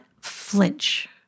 flinch